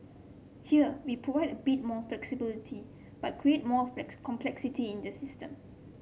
here we provide a bit more flexibility but create more complexity in the system